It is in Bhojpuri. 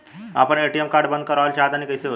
हम आपन ए.टी.एम कार्ड बंद करावल चाह तनि कइसे होई?